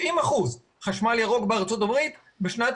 90 אחוזים חשמל ירוק בארצות הברית בשנת